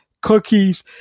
cookies